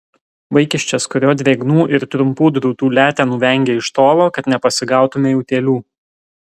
vaikiščias kurio drėgnų ir trumpų drūtų letenų vengei iš tolo kad nepasigautumei utėlių